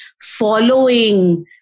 following